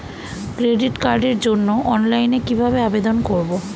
Credit কার্ডের জন্য অনলাইনে কিভাবে আবেদন করব?